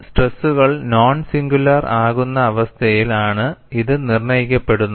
സ്ട്രെസ്സുകൾ non singular ആകുന്ന അവസ്ഥയാൽ ആണ് ഇത് നിർണ്ണയിക്കപ്പെടുന്നത്